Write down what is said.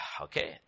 okay